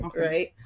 right